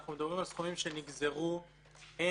אנחנו מדברים על סכומים שנגזרו הן